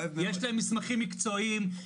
יש להם מסמכים מקצועיים,